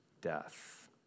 death